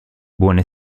buone